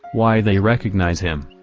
why they recognize him.